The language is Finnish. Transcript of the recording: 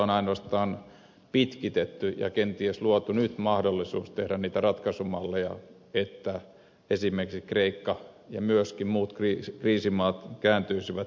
on ainoastaan pitkitetty sitä ja kenties luotu nyt mahdollisuus tehdä niitä ratkaisumalleja että esimerkiksi kreikka ja myöskin muut kriisimaat kääntyisivät toiseen suuntaan